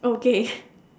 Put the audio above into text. okay